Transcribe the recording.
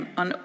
on